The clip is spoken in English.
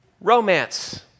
romance